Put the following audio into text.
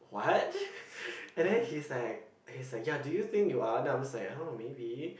what and then he's like he's like ya do you think you are then I'm just like I don't know maybe